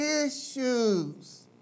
issues